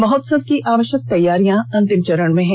महोत्वव की आवश्यक तैयारियां अंतिम चरण में है